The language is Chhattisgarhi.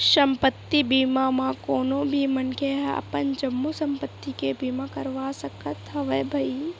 संपत्ति बीमा म कोनो भी मनखे ह अपन जम्मो संपत्ति के बीमा करवा सकत हवय भई